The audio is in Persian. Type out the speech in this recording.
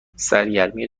سرگرمی